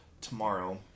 tomorrow